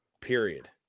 Period